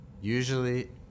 Usually